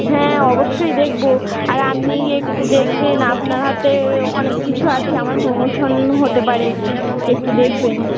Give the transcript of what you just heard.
হ্যাঁ অবশ্যই দেখবো আর আমনি একটু দেকবেন আপনার হাতে অনেক কিছু আছে আমার প্রমোশন হতে পারে একটু দেখবেন